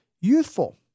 youthful